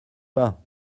pas